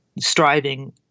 striving